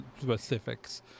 specifics